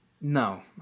No